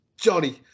Johnny